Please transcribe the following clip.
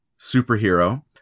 superhero